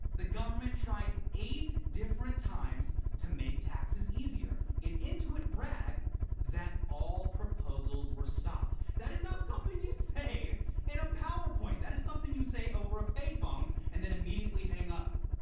the government tried eight different times to make taxes easier. and intuit bragged that all proposals were stopped. that is not something you say in a powerpoint! that is something you say over a payphone and then immediately hang up.